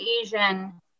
asian